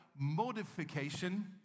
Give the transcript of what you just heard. modification